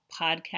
podcast